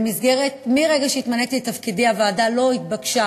מרגע שהתמניתי לתפקידי, הוועדה לא התבקשה